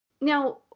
Now